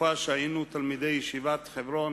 לתקופה שבה היינו תלמידי ישיבת חברון